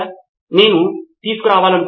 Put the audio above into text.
ఏ విధానమన్నది నేను మీకు వదిలి వేస్తాను